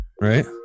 Right